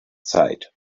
zeit